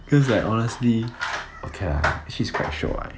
cause like honestly okay lah actually it's quite shiok right